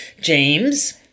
James